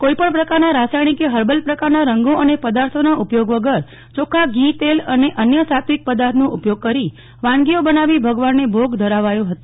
કોઈપણ પ્રકારના રાસાયણીક કે હર્બલ પ્રકારના રંગો અને પદાર્થોના ઉપયોગ વગર ચોકંખા ઘી તેલ અને અન્ય સાત્વીક પદાર્થનો ઉપયોગ કરી વાનગીઓ બનાવી ભગવાનનને ભોગ ઘરાવાયો હતો